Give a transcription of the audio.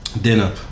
Dinner